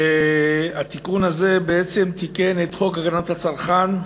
והתיקון הזה בעצם תיקן את חוק הגנת הצרכן,